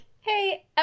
hey